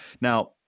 Now